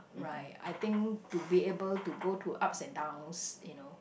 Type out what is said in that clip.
right I think to be able to go to ups and downs you know